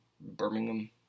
Birmingham